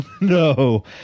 No